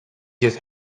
just